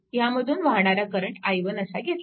ह्यामधून वाहणारा current i1 असा घेतला